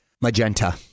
Magenta